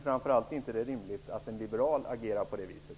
Framför allt är det inte rimligt att en liberal agerar på det viset.